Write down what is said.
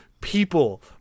people